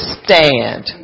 stand